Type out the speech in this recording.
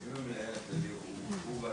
אם המנכ"ל לא מוסמך?